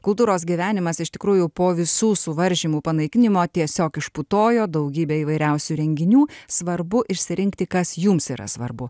kultūros gyvenimas iš tikrųjų po visų suvaržymų panaikinimo tiesiog išputojo daugybė įvairiausių renginių svarbu išsirinkti kas jums yra svarbu